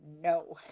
No